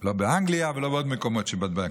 לא באנגליה ולא בעוד מקומות שבדקנו,